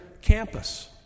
campus